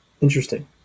Interesting